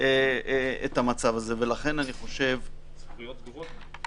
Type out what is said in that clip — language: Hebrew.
המצב הזה --- הספריות סגורות,